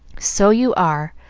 so you are!